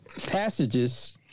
passages